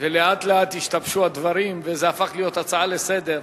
ולאט לאט השתבשו הדברים וזה הפך להיות הצעה לסדר-היום,